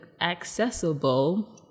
accessible